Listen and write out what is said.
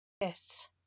Yes